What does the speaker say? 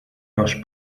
los